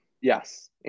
yes